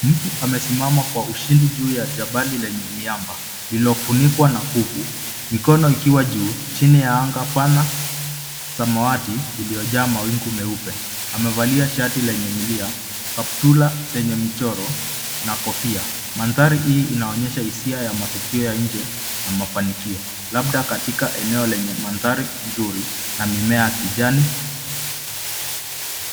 Mtu amesimama kwa ushindi juu ya jabali lenye miamba lililofunikwa na nguvu mikono ikiwa juu chini ya anga pana samawati iliyojaa mawingu meupe ,amevalia shati lenye milia, kaptula zenye michoro na kofia mandhari hii inaonyesha hisia ya matukio ya nje na mafanikio labda katika eneo lenye mandhari nzuri na mimea ya kijani.